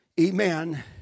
Amen